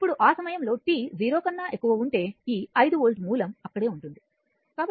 ఇప్పుడు ఆ సమయంలో t 0 కన్నా ఎక్కువ ఉంటే ఈ 5 వోల్ట్ మూలం అక్కడే ఉంటుంది